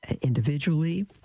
individually